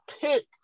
pick